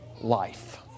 life